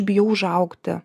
bijau užaugti